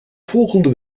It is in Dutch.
volgende